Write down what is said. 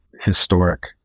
historic